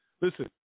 Listen